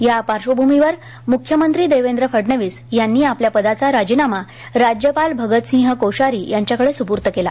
या पार्श्वभूमीवर मुख्यमंत्री देवेंद्र फडणंवीस यांनी आपल्या पदाचा राजीनामा राज्यपाल भगतसिंह कोश्यारी यांच्याकडे सुपूर्त केला